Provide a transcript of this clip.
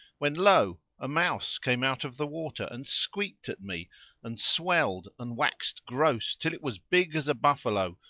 when lo! a mouse came out of the water, and squeaked at me and swelled and waxed gross till it was big as a buffalo,